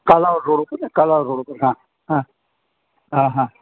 Kalavad road ઉપરને Kalavad road ઉપર હા હા હા હા